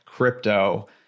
crypto